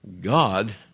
God